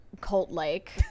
cult-like